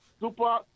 Super